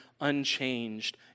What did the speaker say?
unchanged